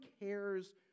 cares